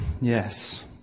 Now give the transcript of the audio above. yes